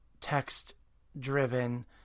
text-driven